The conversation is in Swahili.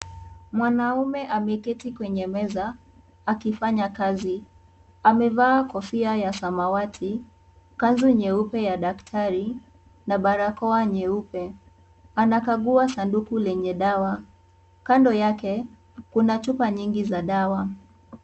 Mwanaume ameketi kwenye meza, akifanya kazi. Amevaa kofia ya samawati, kanzu nyeupe ya daktari na barakoa nyeupe. Anakagua sanduku yenye dawa. Kando yake, kuna chupa nyingi za dawa.